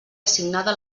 assignada